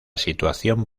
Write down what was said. situación